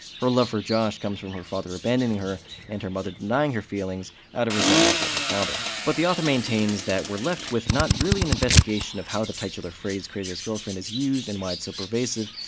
her love for josh comes from her father abandoning her and her mother denying her feelings out of resentment for her father. but the author maintains that we're left with not really an investigation of how the titular phrase, crazy ex-girlfriend is used and why it's so pervasive,